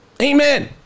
Amen